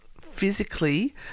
physically